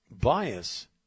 bias